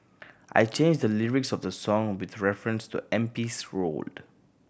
I changed the lyrics of the song with reference to M P's road